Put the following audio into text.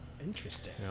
Interesting